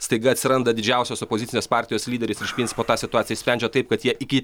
staiga atsiranda didžiausios opozicinės partijos lyderis iš principo tą situaciją išsprendžia taip kad jie iki